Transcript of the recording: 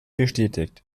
bestätigt